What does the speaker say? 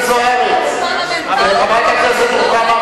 תשנו את התקנון, אתם אלופים בזה.